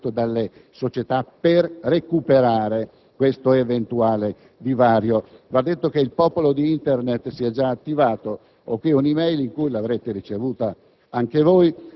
saranno messi in atto dalle società per recuperare questo eventuale divario. Va detto che il popolo di Internet si è già attivato. Ho qui una *e-mail* - l'avrete ricevuta